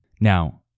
Now